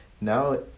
now